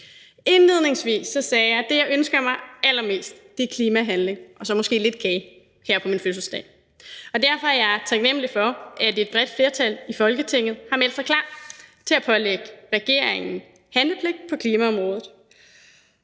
Indledningsvis sagde jeg, at det, jeg ønsker mig allermest, er klimahandling – og så måske lidt kage her på min fødselsdag. Og derfor er jeg taknemlig for, at et bredt flertal i Folketinget har meldt sig klar til at pålægge regeringen handlepligt på klimaområdet.